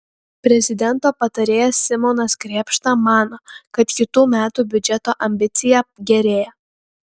prezidento patarėjas simonas krėpšta mano kad kitų metų biudžeto ambicija gerėja